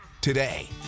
today